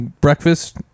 Breakfast